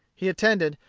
he attended,